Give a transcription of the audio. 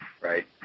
right